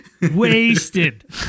Wasted